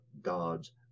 God's